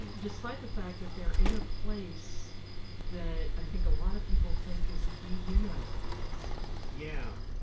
and despite the fact that they're in a place that i think a lot of people think is a dehumanizing place yeah,